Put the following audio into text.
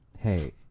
Hey